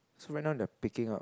so right now they are picking up